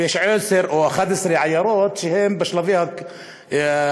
ויש עשר או 11 עיירות שהן בשלבי הכרה.